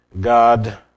God